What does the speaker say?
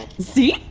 see?